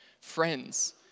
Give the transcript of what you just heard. friends